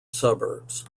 suburbs